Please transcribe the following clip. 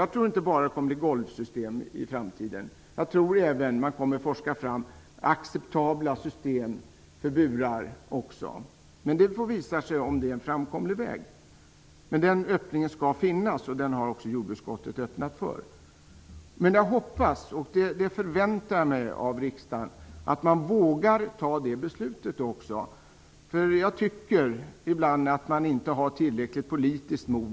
Jag tror inte att det kommer att bli fråga om golvsystem i framtiden. Jag tror att även acceptabla system kommer att forskas fram för burar. Men det får visa sig om detta är en framkomlig väg. Jordbruksutskottet har öppnat dörrar för alternativ. Jag hoppas och förväntar mig att riksdagen vågar fatta detta beslut. Jag tycker att det ibland inte finns tillräckligt med politiskt mod.